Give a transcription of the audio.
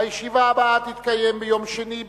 הישיבה הבאה תתקיים ביום שני,